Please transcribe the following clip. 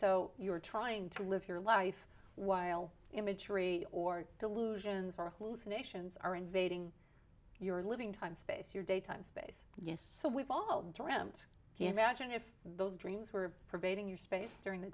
so you are trying to live your life while imagery or delusions are a holes nations are invading your living time space your daytime space yes so we've all dreamt imagine if those dreams were pervading your space during the